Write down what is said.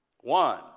One